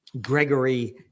Gregory